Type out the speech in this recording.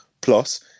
Plus